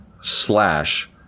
slash